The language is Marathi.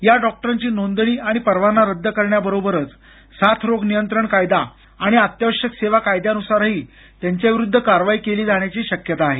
या डॉक्टरांची नोंदणी आणि परवाना रद्द करण्याबरोबरच साथ रोग नियंत्रण कायदा आणि अत्यावश्यक सेवा कायद्यान्सारही त्यांच्या विरुद्ध कारवाई केली जाण्याची शक्यता आहे